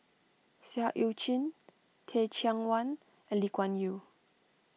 Seah Eu Chin Teh Cheang Wan and Lee Kuan Yew